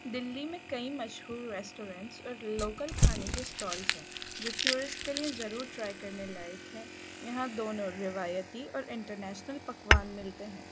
دلی میں کئی مشہور ریسٹورینٹس اور لوکل کھانے کے اسٹالس ہیں جو ٹیورسٹ کے لیے ضرور ٹرائی کرنے لائق ہیں یہاں دونوں روایتی اور انٹرنیشنل پکوان ملتے ہیں